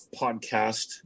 podcast